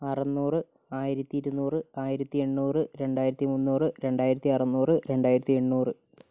അറുനൂറു ആയിരത്തി ഇരുനൂറ് ആയിരത്തി എണ്ണൂറ് രണ്ടായിരത്തി മുന്നൂറ് രണ്ടായിരത്തി അറുനൂറ് രണ്ടായിരത്തി എണ്ണൂറ്